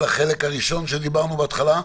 על החלק הראשון שדיברנו בהתחלה?